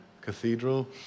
cathedral